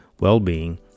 well-being